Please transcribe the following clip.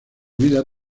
vida